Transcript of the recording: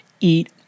Eat